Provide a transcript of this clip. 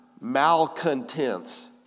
malcontents